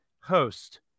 host